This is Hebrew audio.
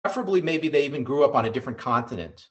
‫לפחות או אפילו שהם גרו על יבשת אחרת.